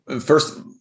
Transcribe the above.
first